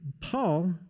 Paul